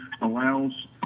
allows